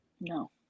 No